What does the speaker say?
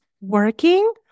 working